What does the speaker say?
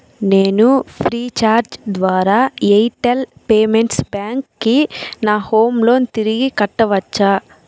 నేను ఫ్రీచార్జ్ ద్వారా ఎయిర్టెల్ పేమెంట్స్ బ్యాంక్కి నా హోమ్ లోన్ తిరిగి కట్టవచ్చా